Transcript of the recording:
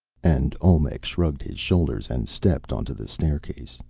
and olmec shrugged his shoulders and stepped onto the staircase.